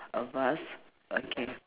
of us okay